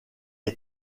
est